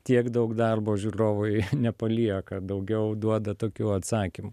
tiek daug darbo žiūrovui nepalieka daugiau duoda tokių atsakymų